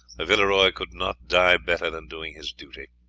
a villeroy could not die better than doing his duty.